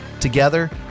Together